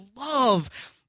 love